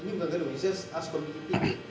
ini bukan gaduh it's just us communicating jer